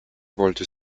wollte